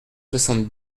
soixante